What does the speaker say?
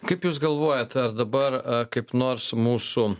kaip jūs galvojat ar dabar kaip nors mūsų